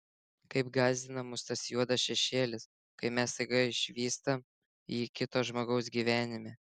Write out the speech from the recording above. kaip gąsdina mus tas juodas šešėlis kai mes staiga išvystam jį kito žmogaus gyvenime